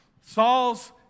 Saul's